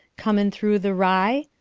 comin' through the rye?